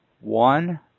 one